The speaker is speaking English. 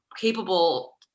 capable